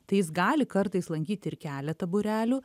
tai jis gali kartais lankyti ir keletą būrelių